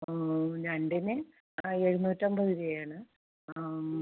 ഓ ഞണ്ടിന് ആ എഴ്ന്നൂറ്റൻപത് രൂപയാണ് ആ